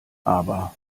aber